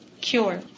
cure